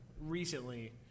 recently